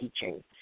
teaching